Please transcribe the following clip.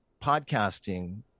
podcasting